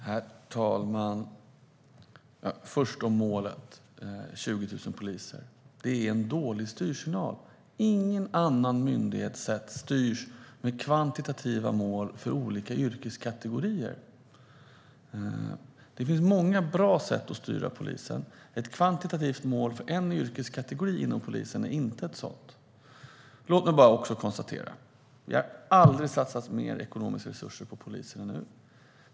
Herr talman! Först om målet 20 000 poliser: Det är en dålig styrsignal. Ingen annan myndighet styrs med kvantitativa mål för olika yrkeskategorier. Det finns många bra sätt att styra polisen, men ett kvantitativt mål för en yrkeskategori inom polisen är inte ett bra sätt. Låt mig bara konstatera att det aldrig har satsats mer ekonomiska resurser på polisen.